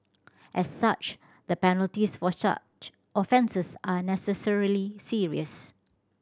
as such the penalties for such offences are necessarily serious